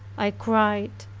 i cried,